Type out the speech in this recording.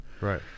Right